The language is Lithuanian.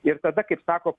ir tada kaip sako